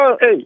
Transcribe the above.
hey